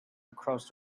across